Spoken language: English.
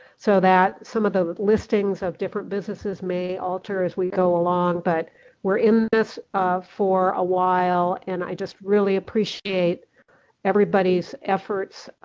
so that some of the listings of different businesses may alter as we go along, but we are in this for a while. and i just really appreciate everybody's efforts,